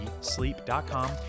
sleep.com